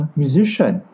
musician